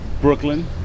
Brooklyn